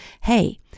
hey